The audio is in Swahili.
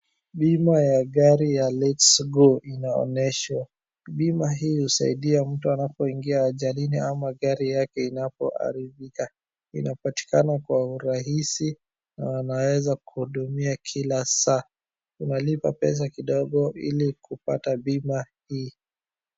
Bima ya gari ya LetsGo inaonyeshwa. Bima hii husaidia mtu anapo ingia ajalini ama gari yake inapoharibika. Inapatikana kwa urahisi na wanaweza kuhudumia kila saa. Unalipa pesa kidogo ili kupata bima hii.